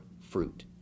fruit